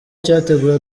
cyateguwe